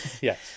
yes